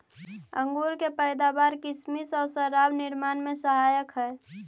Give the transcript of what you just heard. अंगूर के पैदावार किसमिस आउ शराब निर्माण में सहायक हइ